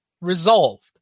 resolved